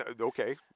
Okay